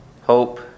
hope